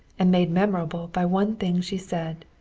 and made memorable by one thing she said.